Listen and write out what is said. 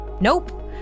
Nope